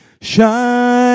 shine